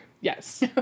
Yes